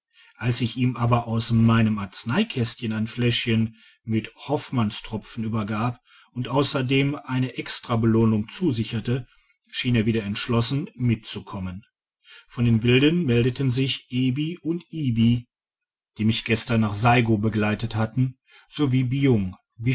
als ich ihm aber aus meinem arzeneikästcheri ein fläschchen mit hoffmannstropfen übergab und ausserdem eine extrabelohnung zusicherte schien er wieder entschlossen mitzukommen von den wilden meldeten sich ebi und ibi die mich gesdigitized by google tern nach saigo begleitet hatten sowie